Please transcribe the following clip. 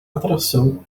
atração